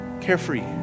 carefree